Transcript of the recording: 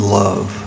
love